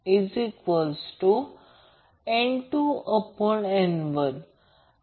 म्हणून याचा अर्थ जेव्हा ते ω ω 1 वर असेल